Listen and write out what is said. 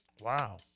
Wow